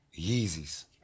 Yeezys